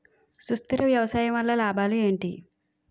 సుస్థిర వ్యవసాయం వల్ల లాభాలు ఏంటి?